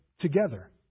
together